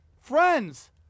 friends